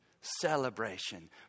celebration